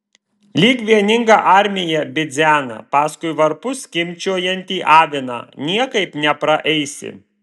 lyg vieninga armija bidzena paskui varpu skimbčiojantį aviną niekaip nepraeisi